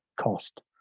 cost